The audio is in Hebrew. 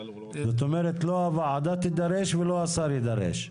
זאת אומרת לא הוועדה תידרש ולא השר יידרש.